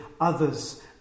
others